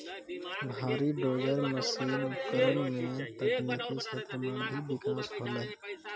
भारी dozer machine उपकरण सें तकनीकी क्षेत्र म भी बिकास होलय